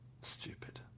Stupid